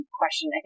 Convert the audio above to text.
question